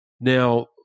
Now